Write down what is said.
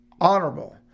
honorable